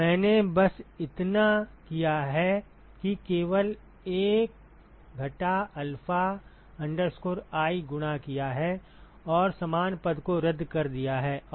मैंने बस इतना किया है कि केवल 1 घटा अल्फा आई गुणा किया है और समान पद को रद्द कर दिया है